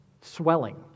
swelling